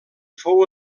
fou